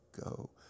go